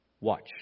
Watch